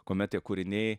kuomet tie kūriniai